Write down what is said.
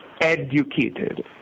educated